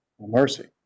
mercy